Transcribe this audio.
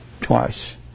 twice